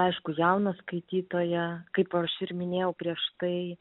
aišku jauną skaitytoją kaip aš ir minėjau prieš tai